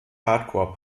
hardcore